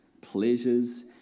pleasures